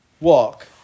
Walk